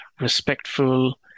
respectful